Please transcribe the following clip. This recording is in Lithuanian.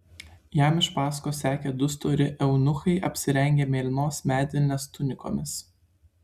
jam iš paskos sekė du stori eunuchai apsirengę mėlynos medvilnės tunikomis